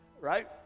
right